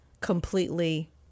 completely